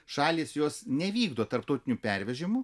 šalys jos nevykdo tarptautinių pervežimų